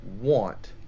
want